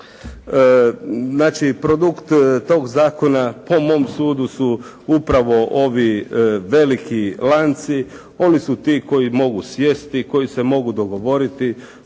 Znači produkt tog zakona po mom sudu su upravo ovi veliki lanci. Oni su ti koji mogu sjesti, koji se mogu dogovoriti.